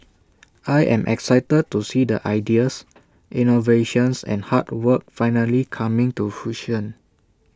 I am excited to see the ideas innovations and hard work finally coming to fruition